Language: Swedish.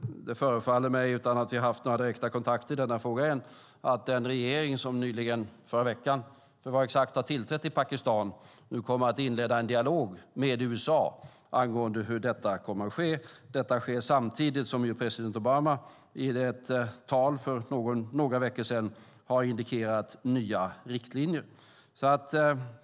Det förefaller mig, utan att vi har haft några direkta kontakter i denna fråga, som om den regering som nyligen, i förra veckan för att vara exakt, har tillträtt i Pakistan nu kommer att inleda en dialog med USA angående hur detta kommer att ske. Detta äger rum samtidigt som president Obama i ett tal för några veckor sedan har indikerat nya riktlinjer.